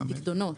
פיקדונות,